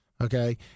Okay